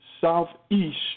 southeast